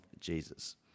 jesus